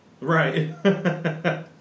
Right